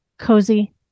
cozy